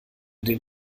den